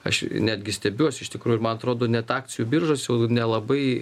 aš netgi stebiuos iš tikrųjų ir man atrodo net akcijų biržose jau nelabai